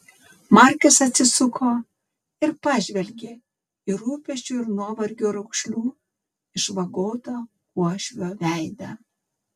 markas atsisuko ir pažvelgė į rūpesčių ir nuovargio raukšlių išvagotą uošvio veidą